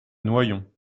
noyon